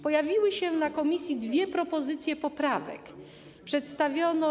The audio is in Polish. Pojawiły się w komisji dwie propozycje poprawek, które przedstawiono.